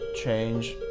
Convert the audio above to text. change